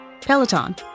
Peloton